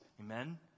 Amen